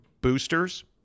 boosters